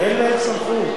אין להם סמכות.